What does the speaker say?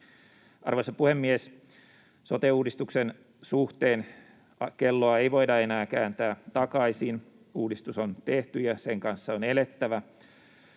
Arvoisa puhemies! Sote-uudistuksen suhteen kelloa ei voida enää kääntää takaisin. Uudistus on tehty, ja sen kanssa on elettävä,